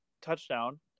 touchdown